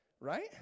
right